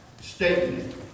statement